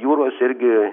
jūros irgi